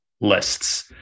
lists